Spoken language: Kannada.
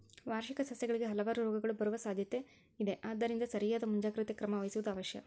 ವಾರ್ಷಿಕ ಸಸ್ಯಗಳಿಗೆ ಹಲವಾರು ರೋಗಗಳು ಬರುವ ಸಾದ್ಯಾತೆ ಇದ ಆದ್ದರಿಂದ ಸರಿಯಾದ ಮುಂಜಾಗ್ರತೆ ಕ್ರಮ ವಹಿಸುವುದು ಅವಶ್ಯ